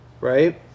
right